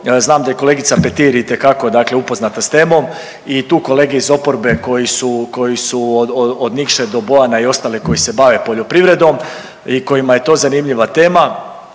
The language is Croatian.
znam da je i kolegica Petir itekako upoznata s temom i tu kolege iz oporbe koji su od Nikše do Bojana i ostali koji se bave poljoprivredom i kojima je to zanimljiva tema,